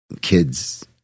kids